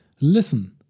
Listen